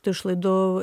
tų išlaidų